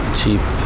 cheap